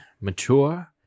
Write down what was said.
mature